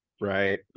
right